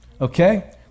okay